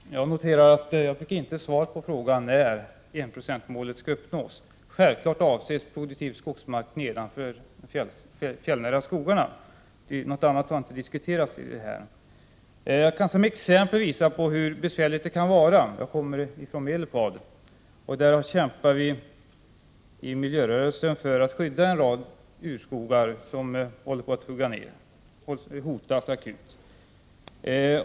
Herr talman! Jag noterar att jag inte fick svar på frågan när enprocentsmålet skall uppnås. Självfallet avses produktiv skogsmark nedanför de fjällnära skogarna — någonting annat har inte diskuterats. Som exempel kan jag visa på hur besvärligt det kan vara. Jag kommer från Medelpad. Där kämpar vi i miljörörelsen för att skydda en rad urskogar som håller på att huggas ner, som hotas akut.